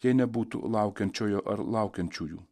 jei nebūtų laukiančiojo ar laukiančiųjų